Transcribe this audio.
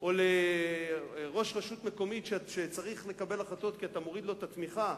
או לראש רשות מקומית שצריך לקבל החלטות כי אתה מוריד לו את התמיכה,